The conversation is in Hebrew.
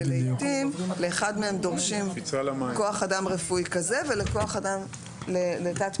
ולעיתים לאחד מהם דורשים כוח אדם רפואי כזה וכוח אדם לתת-פעילות.